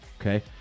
okay